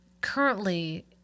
currently